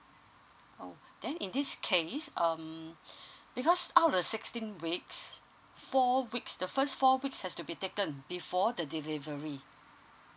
oh then in this case um because out of the sixteen weeks four weeks the first four weeks has to be taken before the delivery